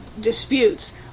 disputes